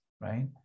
right